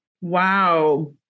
Wow